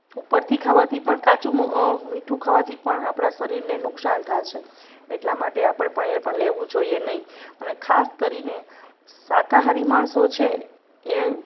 ઉપરથી ખાવાથી પણ કાચું મીઠું ખાવાથી પણ આપણાં શરીરને નુકસાન થાય છે એટલા માટે આપણે પણ એ પણ લેવું જોઈએ નહીં અને ખાસ કરીને શાકાહારી માણસો છે એ